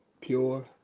Pure